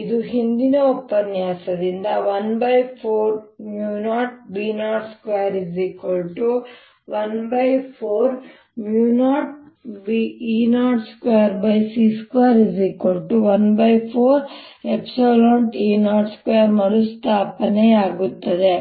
ಇದು ಹಿಂದಿನ ಉಪನ್ಯಾಸದಿಂದ 140B02140E02c2140E02 ಮರುಸ್ಥಾಪನೆಯಾಗುತ್ತದೆ